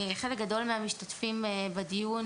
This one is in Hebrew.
חלק גדול מהמשתתפים בדיון,